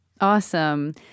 Awesome